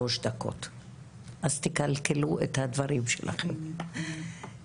שש או שבע שנים, כשהגיעה אלינו משפחה למקלט,